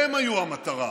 הם היו המטרה,